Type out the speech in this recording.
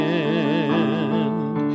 end